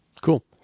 Cool